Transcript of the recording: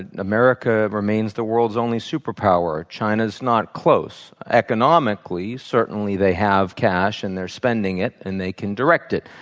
and and america remains the world's only super power. china is not close. economically, certainly they have cash and they're spending it, and they can direct it.